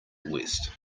west